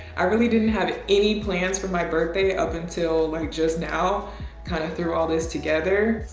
i really didn't have any plans for my birthday up until like just now kind of threw all this together.